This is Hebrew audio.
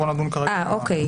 בואו נדון כרגע בסעיף הזה.